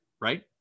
right